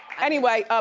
anyway,